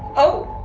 oh,